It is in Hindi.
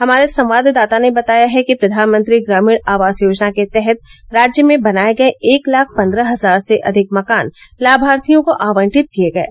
हमारे संवाददाता ने बताया है कि प्रधानमंत्री ग्रामीण आवास योजना के तहत राज्य में बनाये गये एक लाख पन्द्रह हजार से अधिक मकान लाभार्थियों को आवंटित किये गये